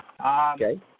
Okay